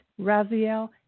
Raziel